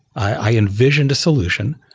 i envisioned a solution,